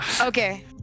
Okay